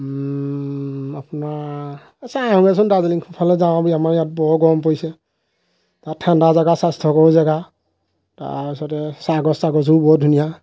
আপোনাৰ চাই আহোঁগৈচোন দাৰ্জিলিঙৰ ফালে যাওঁ আমাৰ ইয়াত বহু গৰম পৰিছে তাত ঠাণ্ডা জেগা স্বাস্থ্যকৰো জেগা তাৰপিছতে চাহগছ তাহগছো বহুত ধুনীয়া